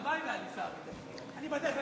הלוואי שזה היה נפתר בזה,